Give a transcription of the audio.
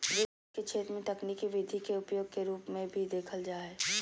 वित्त के क्षेत्र में तकनीकी विधि के उपयोग के रूप में भी देखल जा हइ